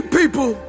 people